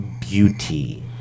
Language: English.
beauty